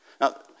Now